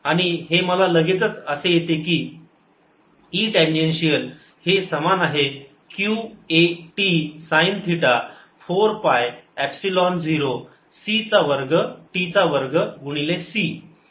आणि हे मला लगेचच असे येते की E टँजेन्शिअल हे समान आहे q a t sine theta 4 pi epsilon 0 c चा वर्ग t चा वर्ग गुणिले c